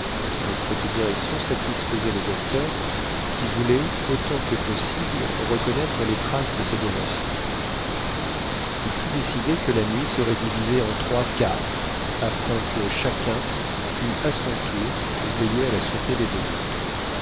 mais cette direction satisfaisait le docteur qui voulait autant que possible reconnaître les traces de ses devanciers il fut décidé que la nuit serait divisée en trois quarts afin que chacun pût à son tour veiller à la sûreté des deux autres